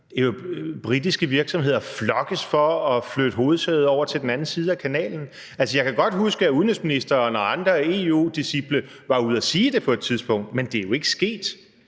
set sådan britiske virksomheder flokkes for at flytte hovedsædet over til den anden side af kanalen. Jeg kan godt huske, at udenrigsministeren og andre EU-disciple var ude at sige det på et tidspunkt, men det er jo ikke sket.